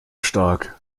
stark